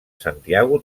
santiago